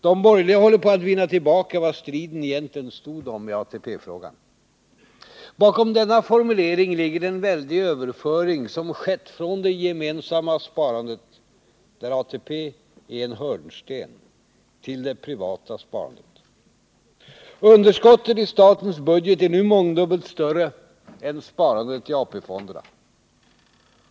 De borgerliga håller på att vinna tillbaka vad striden egentligen stod om i ATP-frågan.” Bakom denna klara formulering ligger den väldiga överföring som skett från det gemensamma sparandet, där ATP är en hörnsten, till det privata sparandet. Underskottet i statens budget är nu mångdubbelt större än sparandet i AP-fonderna.